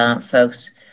folks